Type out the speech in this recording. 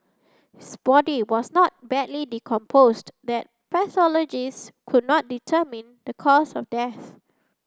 his body was not badly decomposed that pathologists could not determine the cause of death